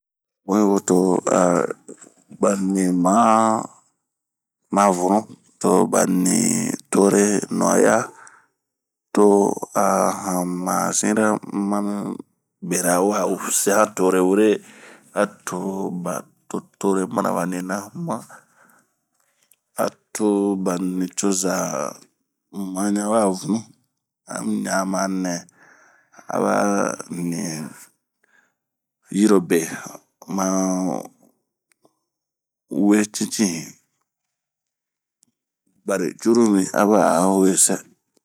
Bunh yiwo toa ba ni mahh ma vunu, toba ni tore nuaya, to a mazinra ma mibera wa sɛ han tore ŋunah. A to tore mana ba nina huma,a to ba nicoza ma ɲan wa vunu.A mu ɲan ma nɛ a ba nii yirobe ma we cincinh, bari cururu mi aba 'a we sɛɛ.